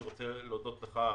אני רוצה להודות לך,